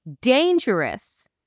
dangerous